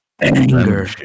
anger